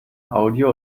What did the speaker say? audio